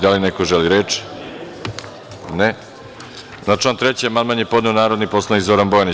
Da li neko želi reč? (Ne.) Na član 3. amandman je podneo narodni poslanik Zoran Bojanić.